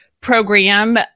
program